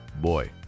boy